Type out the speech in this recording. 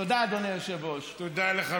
תודה, אדוני היושב-ראש.